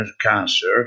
cancer